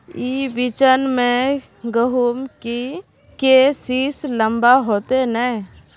ई बिचन में गहुम के सीस लम्बा होते नय?